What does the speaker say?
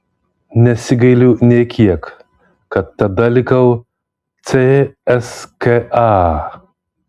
nesigailiu nė kiek kad tada likau cska